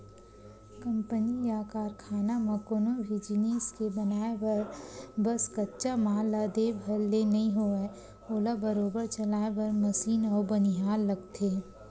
company या कारखाना म कोनो भी जिनिस के बनाय बर बस कच्चा माल ला दे भर ले नइ होवय ओला बरोबर चलाय बर मसीन अउ बनिहार लगथे